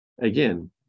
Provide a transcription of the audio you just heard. Again